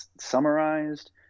summarized